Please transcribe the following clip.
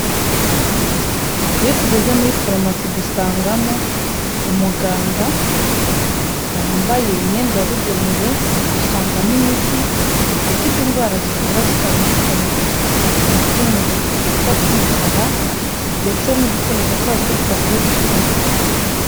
Iyo tugeze muri farumasi dusangamo umuganga wambaye imyenda yabugenewe, dusangamo imiti ifite indwara zivura zitandukanye, imiti iri mu ducupa tw'umukara ndetse n'udufunniko twayo tw'udupapuro dusa umutuku.